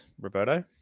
Roberto